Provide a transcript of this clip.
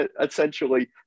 essentially